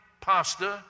pastor